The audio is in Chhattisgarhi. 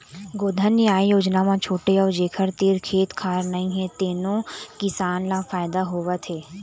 गोधन न्याय योजना म छोटे अउ जेखर तीर खेत खार नइ हे तेनो किसान ल फायदा होवत हे